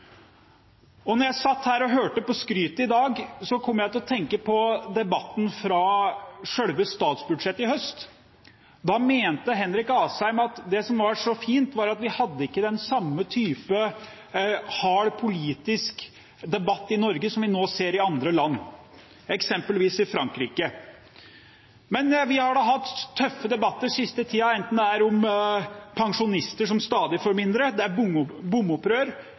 Arbeiderpartiet når vi foreslår å forsterke lovverket – arbeidsmiljøloven – for nettopp flere faste jobber. Men da kjemper de samme representantene innbitt imot, selv om dette gir grobunn for de økende forskjellene. Da jeg satt her og hørte på skrytet i dag, kom jeg til å tenke på debatten fra selve statsbudsjettet i høst. Da mente Henrik Asheim at det som var så fint, var at vi ikke hadde samme type harde politiske debatter i Norge som vi nå ser i andre land, eksempelvis i Frankrike. Men vi har